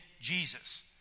Jesus